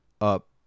up